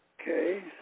Okay